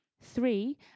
Three